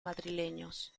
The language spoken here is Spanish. madrileños